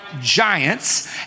giants